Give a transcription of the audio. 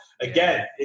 again